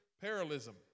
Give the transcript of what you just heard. parallelism